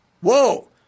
Whoa